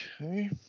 Okay